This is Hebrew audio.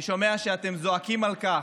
אני שומע שאתם זועקים על כך,